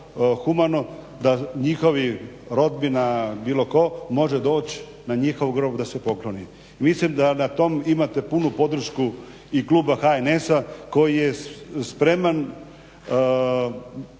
da njihovi rodbina, bilo tko može doć' na njihov grob da se pokloni. Mislim da na tom imate punu podršku i kluba HNS-a koji je spreman